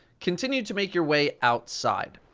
continue to make your way outside.